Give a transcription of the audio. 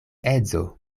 edzo